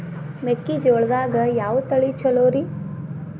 ಮೆಕ್ಕಿಜೋಳದಾಗ ಯಾವ ತಳಿ ಛಲೋರಿ?